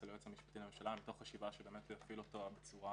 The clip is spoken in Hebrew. היועץ המשפטי לממשלה מתוך חשיבה שזה יגביל אותו בצורה